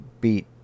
beat